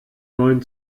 neuen